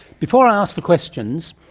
before i ask for questions,